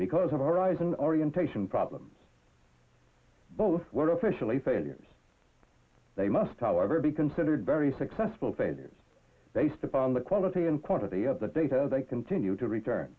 because of our eyes in orientation problems both were officially failures they must however be considered very successful failures based upon the quality and quantity of the data they continue to return